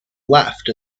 left